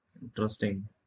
Interesting